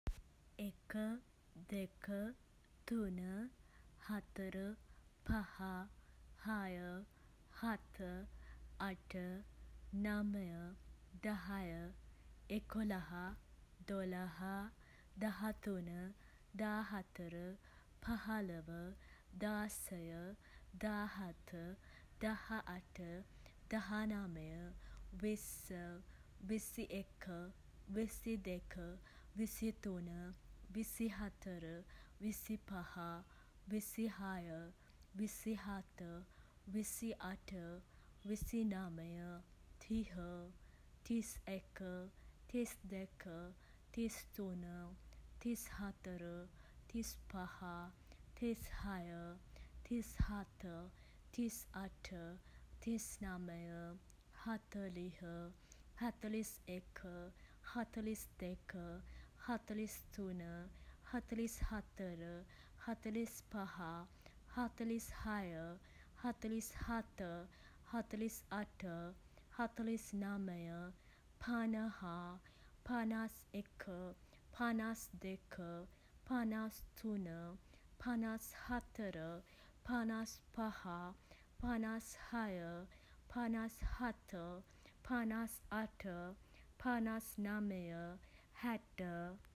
එක, දෙක, තුන, හතර, පහ, හය, හත, අට, නමය, දහය, එකොළහ, දොළහ, දහතුන, දාහතර, පහළව, දාසය, දාහත, දහඅට, දහනවය, විස්ස, විසි එක, විසි දෙක, විසි තුන, විසි හතර, විසි පහ, විසි හය, විසි හත, විසි අට, විසි නමය තිහ, තිස් එක, තිස් දෙක, තිස් තුන, තිස් හතර, තිස් පහ, තිස් හය, තිස් හත, තිස් අට, තිස් නමය, හතළිහ, හතළිස් එක, හතළිස් දෙක, හතළිස් තුන, හතළිස් හතර, හතළිස් පහ, හතළිස් හය, හතළිස් හත, හතළිස් අට, හතළිස් නමය, පනහ, පනස් එක, පනස් දෙක, පනස් තුන, පනස් හතර, පනස් පහ, පනස් හය, පනස් හත, පනස් අට, පනස් නමය, හැට.